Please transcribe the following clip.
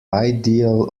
ideal